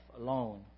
alone